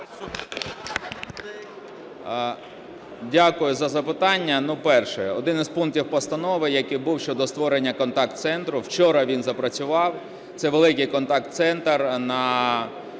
Дякую за запитання. Перше. Один із пунктів постанови, який був щодо створення контакт-центру, вчора він запрацював. Це великий контакт-центр на